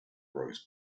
rose